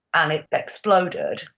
and it exploded,